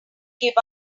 give